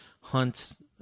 hunts